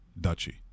duchy